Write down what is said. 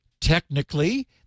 Technically